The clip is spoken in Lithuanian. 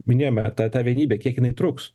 minėjome ta ta vienybė kiek jinai truks